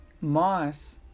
moss